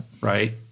Right